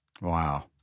Wow